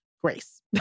Grace